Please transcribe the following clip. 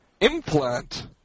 implant